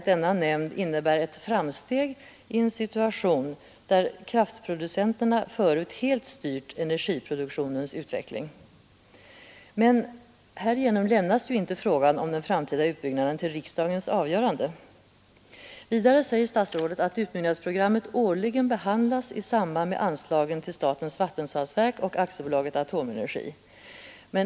Denna nämnd innebär ändå ett framsteg i en situation, där kraftproducenterna förut helt styrt energiproduktionens utveckling. Men härigenom lämnas ju inte frågan om den framtida utbyggnaden till riksdagens avgörande. Vidare säger statsrådet att utbyggnadsprogrammet årligen behandlas i samband med anslagen till statens vattenfallsverk och AB Atomenergi.